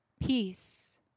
Peace